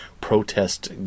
protest